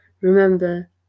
remember